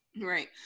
Right